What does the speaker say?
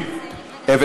2015,